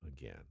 again